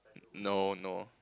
no no